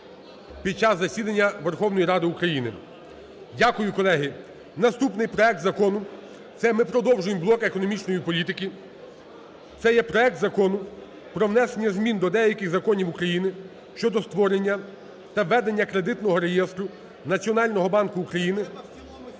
під час засідання Верховної Ради України. Дякую, колеги. Наступний проект закону – це ми продовжуємо блок економічної політики – це є проект Закону про внесення змін до деяких законів України щодо створення та ведення Кредитного реєстру Національного банку України